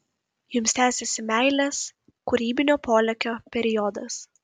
jums tęsiasi meilės kūrybinio polėkio periodas